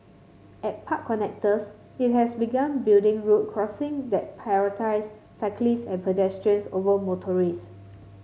at park connectors it has begun building road crossings that prioritise cyclists and pedestrians over motorists